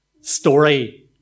story